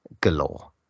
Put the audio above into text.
galore